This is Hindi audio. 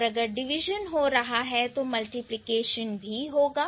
और अगर डिवीजन हो रहा है तो मल्टीप्लिकेशन भी होगा